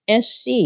SC